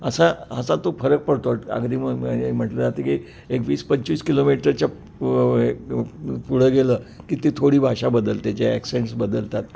असा असा तो फरक पडतो अगदी म म्हणजे म्हटलं जातं की एक वीस पंचवीस किलोमीटरच्या पु पुढं गेलं की ती थोडी भाषा बदलते त्याचे ॲक्सेंट्स बदलतात